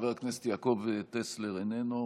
חבר הכנסת יעקב טסלר, איננו.